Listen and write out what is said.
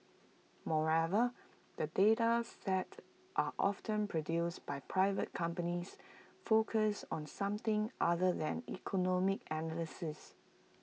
moreover the data sets are often produced by private companies focused on something other than economic analysis